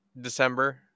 December